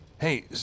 Hey